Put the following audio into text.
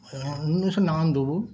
বিভিন্ন এসব নানান দৌড়